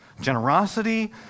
generosity